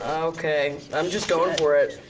okay, i'm just going for it,